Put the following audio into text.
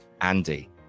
Andy